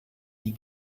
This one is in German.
die